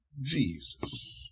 Jesus